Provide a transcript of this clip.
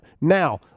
Now